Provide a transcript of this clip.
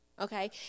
Okay